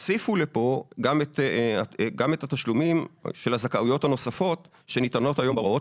הכניסו לחוק גם את התשלומים של הזכאויות הנוספות שניתנות היום בהוראות,